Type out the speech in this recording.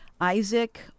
Isaac